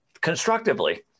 constructively